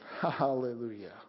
Hallelujah